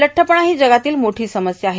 लठ्ठपणा हो जगातील मोठों समस्या आहे